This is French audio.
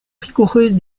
rigoureuse